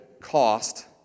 cost